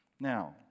Now